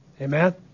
Amen